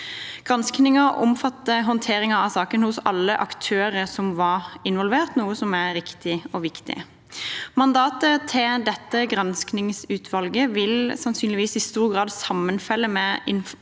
Granskingen omfatter håndteringen av saken hos alle aktører som var involvert, noe som er riktig og viktig. Mandatet til dette granskingsutvalget vil sannsynligvis i stor grad sammenfalle med